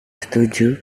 setuju